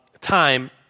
time